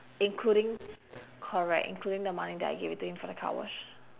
including correct including the money that I give it to him for the car wash